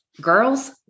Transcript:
Girls